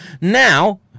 now